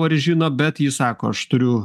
bau ar žino bet jis sako aš turiu